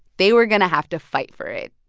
they were going to have to fight for it.